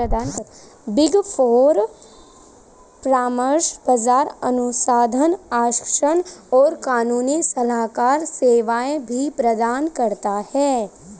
big four परामर्श, बाजार अनुसंधान, आश्वासन और कानूनी सलाहकार सेवाएं भी प्रदान करता है